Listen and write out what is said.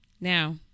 now